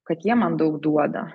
kad jie man daug duoda